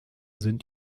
sind